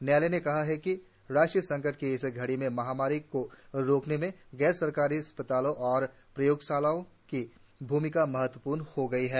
न्यायालय ने कहा कि राष्ट्रीय संकट की इस घड़ी में महामारी को रोकने में गैर सरकारी अस्पतालों और प्रयोगशालाओं की भूमिका महत्वपूर्ण हो गई है